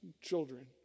children